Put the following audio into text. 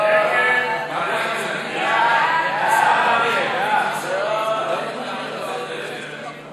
ההצעה להעביר את הצעת חוק לימוד